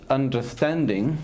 understanding